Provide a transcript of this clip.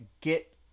get